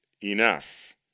enough